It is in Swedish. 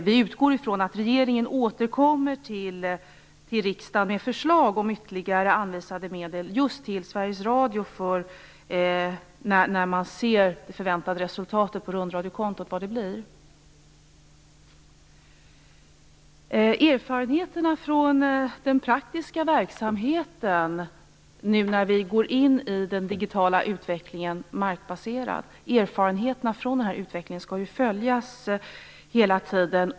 Vi utgår från att regeringen återkommer till riksdagen med förslag om ytterligare anvisade medel just till Sveriges Radio när man ser vad resultatet på rundradiokontot blir. När vi nu går in i den markbaserade digitala utvecklingen skall erfarenheterna från den praktiska verksamheten följas hela tiden.